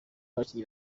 abakinyi